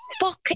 fuck